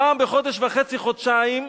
פעם בחודש וחצי, חודשיים,